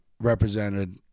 represented